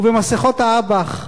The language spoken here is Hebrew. ובמסכות האב"כ?